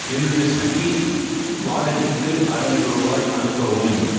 என்னுடைய ஸ்விக்கி வாலெட்டுக்கு ஐந்நூறு ருபாய் அனுப்பவும்